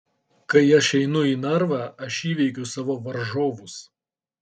kai aš einu į narvą aš įveikiu savo varžovus